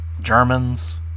Germans